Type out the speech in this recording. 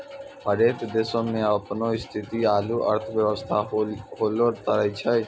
हरेक देशो के अपनो स्थिति आरु अर्थव्यवस्था होलो करै छै